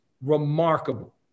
remarkable